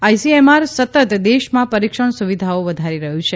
ICMR સતત દેશમાં પરીક્ષણ સુવિધાઓ વધારી રહ્યું છે